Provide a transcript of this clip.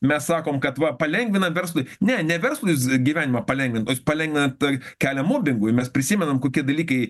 mes sakom kad va palengvinam verslui ne ne verslui jūs gyvenimą palengvinat o jūs palengvinat tai kelią mobingui mes prisimenam kokie dalykai